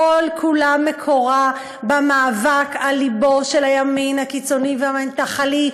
כל-כולה מקורה במאבק על לבו של הימין הקיצוני והמתנחלי,